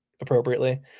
appropriately